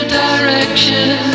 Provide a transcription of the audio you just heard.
direction